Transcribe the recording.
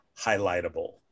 highlightable